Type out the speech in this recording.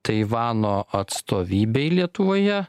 taivano atstovybei lietuvoje